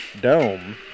Dome